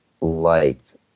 liked